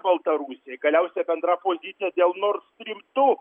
baltarusijoj galiausiai bendra pozicija dėl nors rimtų